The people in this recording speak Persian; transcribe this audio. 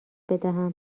بدهم